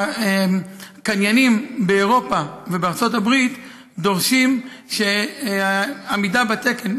הקניינים באירופה ובארצות הברית דורשים עמידה בתקן,